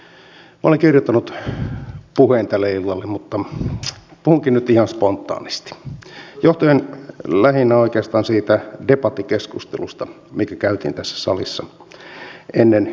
olen kirjoittanut puheen tälle illalle mutta puhunkin nyt ihan spontaanisti johtuen lähinnä oikeastaan siitä debattikeskustelusta mikä käytiin tässä salissa ennen listaan menoa